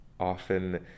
Often